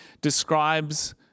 describes